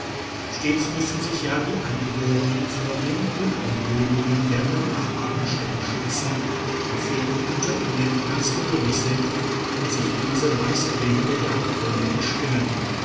stets müssen sich ja die eingeborenen vor den beunruhigungen der benachbarten stämme schützen da fehden unter ihnen ganz gewöhnlich sind und sich diese meist wegen der jagdgründe entspinnen